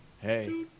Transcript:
hey